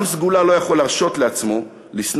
עם סגולה לא יכול להרשות לעצמו לשנוא